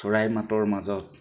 চৰাই মাতৰ মাজত